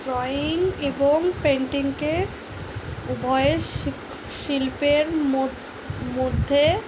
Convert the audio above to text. drawing এবং পেন্টিংকে উভয় শিল্পের ম মধ্যে